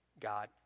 God